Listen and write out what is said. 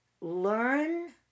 learn